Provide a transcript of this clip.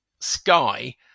Sky